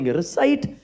recite